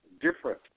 different